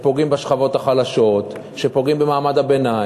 שפוגעים בשכבות החלשות, שפוגעים במעמד הביניים,